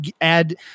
add